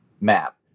map